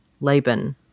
Laban